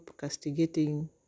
castigating